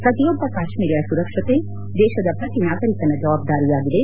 ಪ್ರತಿಯೊಬ್ಬ ಕಾಶ್ಮೀರಿಯ ಸುರಕ್ಷತೆ ದೇಶದ ಪ್ರತಿ ನಾಗರಿಕನ ಜವಾಬ್ದಾರಿಯಾಗಿದೆ